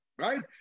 Right